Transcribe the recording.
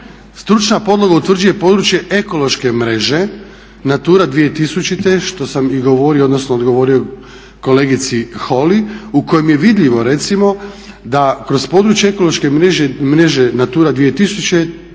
Stručna podloga utvrđuje područje ekološke mreže NATURA 2000 što sam i govorio, odnosno odgovorio kolegici Holy u kojoj je vidljivo recimo da kroz područje ekološke mreže NATURA 2000 je